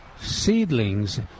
seedlings